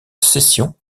session